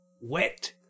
wet